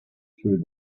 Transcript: through